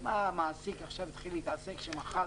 מה, מעסיק עכשיו יתחיל להתעסק ומחר יתפסו אותו?